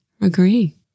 Agree